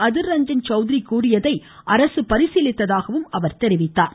அதிர் ரஞ்சன் சவுத்ரி கூறியதை அரசு பரிசீலித்ததாகவும் அவர் குறிப்பிட்டார்